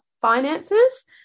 Finances